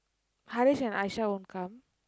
Harish and Aisha won't come